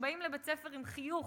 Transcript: שבאים לבית-הספר עם חיוך,